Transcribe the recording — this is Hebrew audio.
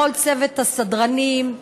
לכל צוות הסדרנים,